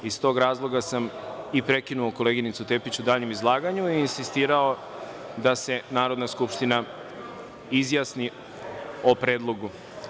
Iz tog razloga sam i prekinuo koleginicu Tepić u daljem izlaganju i insistirao da se Narodna skupština izjasni o predlogu.